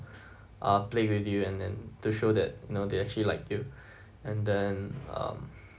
ah play with you and then to show that you know they actually like you and then um